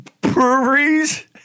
breweries